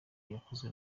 yakozwe